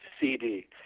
CD